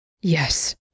Yes